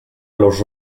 los